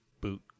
boot